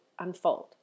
unfold